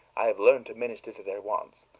i have learned to minister to their wants.